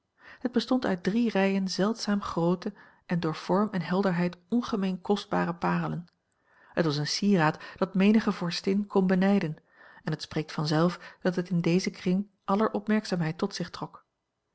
het bestond uit drie rijen zeldzaam groote en door vorm en helderheid ongemeen kostbare paarlen het was een sieraad dat menige vorstin kon benijden en het spreekt vanzelf dat het in dezen kring aller opmerkzaamheid tot zich trok